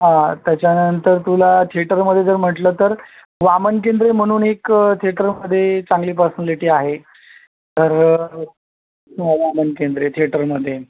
हां त्याच्यानंतर तुला थिएटरमध्ये जर म्हटलं तर वामन केंद्रे म्हणून एक थिएटरमध्ये चांगली पर्सनॅलिटी आहे तर वामन केंद्रे थेटरमध्ये